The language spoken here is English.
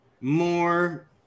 more